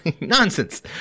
nonsense